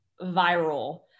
viral